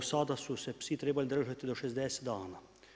Do sada su se psi trebali držati do 60 dana.